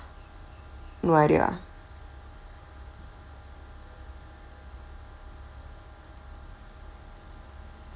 no idea